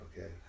Okay